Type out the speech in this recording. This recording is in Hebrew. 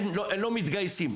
לא מתגייסים.